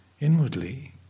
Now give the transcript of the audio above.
inwardly